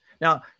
now